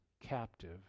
captive